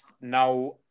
now